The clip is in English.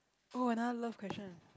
oh another love question